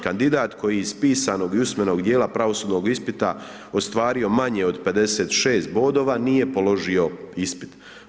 Kandidat koji je iz pisanog i usmenog djela pravosudnog djela ostvario manje od 56 bodova nije položio ispit.